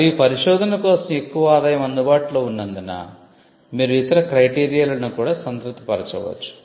మరియు పరిశోధన కోసం ఎక్కువ ఆదాయం అందుబాటులో ఉన్నందున మీరు ఇతర క్రైటీరియాలను కూడా సంతృప్తి పరచవచ్చు